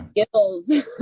skills